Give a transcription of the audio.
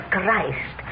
Christ